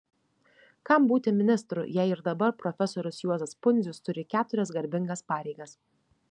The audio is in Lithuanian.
kam būti ministru jei ir dabar profesorius juozas pundzius turi keturias garbingas pareigas